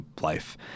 life